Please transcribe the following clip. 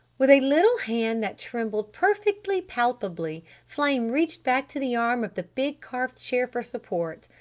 with a little hand that trembled perfectly palpably flame reached back to the arm of the big carved chair for support.